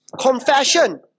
Confession